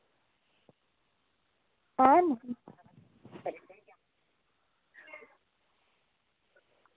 हैन न